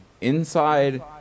inside